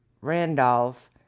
Randolph